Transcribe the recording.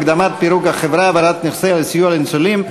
הקדמת פירוק החברה והעברת נכסיה לסיוע לניצולים),